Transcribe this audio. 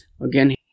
again